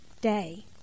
day